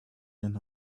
than